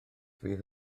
fydd